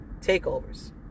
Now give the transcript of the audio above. Takeovers